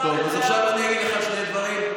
אז עכשיו אני אגיד לך שני דברים.